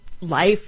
life